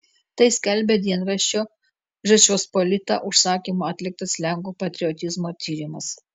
tai skelbia dienraščio žečpospolita užsakymu atliktas lenkų patriotizmo tyrimas